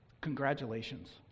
Congratulations